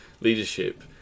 leadership